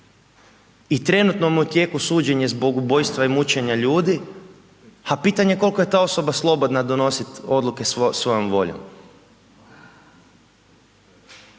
i trenutno mu je u tijeku suđenje zbog ubojstva i mučenja ljudi, a pitanje je kolika je ta osoba slobodna donositi odluke svojom voljom.